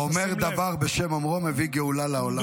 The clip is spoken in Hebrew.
האומר דבר בשם אומרו מביא גאולה לעולם.